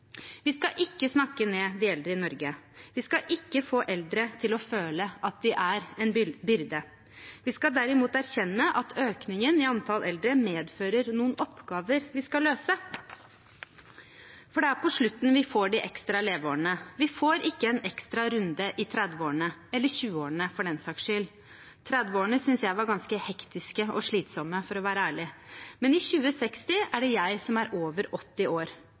Vi skal ikke snakke ned de eldre i Norge. Vi skal ikke få eldre til å føle at de er en byrde. Vi skal derimot erkjenne at økningen i antall eldre medfører noen oppgaver vi skal løse. For det er på slutten vi får de ekstra leveårene. Vi får ikke en ekstra runde i 30-årene – eller 20-årene for den saks skyld. 30-årene synes jeg var ganske hektiske og slitsomme, for å være ærlig. Men i 2060 er det jeg som er over 80 år.